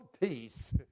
peace